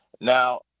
now